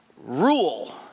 rule